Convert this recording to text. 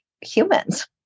humans